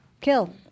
kill